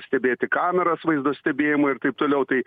stebėti kameras vaizdo stebėjimo ir taip toliau tai